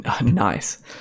nice